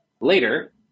later